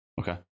Okay